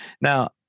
Now